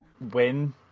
win